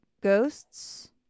Ghosts